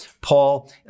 Paul